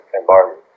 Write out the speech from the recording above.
environment